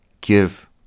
give